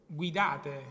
guidate